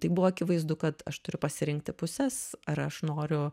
tai buvo akivaizdu kad aš turiu pasirinkti puses ar aš noriu